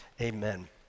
amen